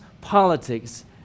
politics